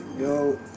yo